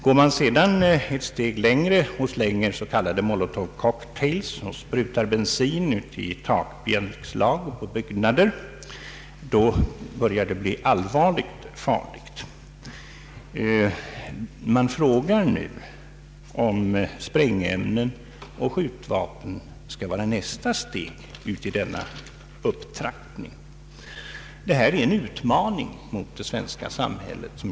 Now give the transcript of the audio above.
Går demonstranterna ytterligare ett steg längre och kastar s.k. Molotov-cocktails och sprutar bensin i takbjälklag i byggnader blir situationen mycket allvarlig. En naturlig fråga tycks mig vara om nästa steg i denna upptrappning kommer att utgöras av sprängämnen och skjutvapen. De här företeelserna utgör som jag ser det en utmaning mot det svenska samhället.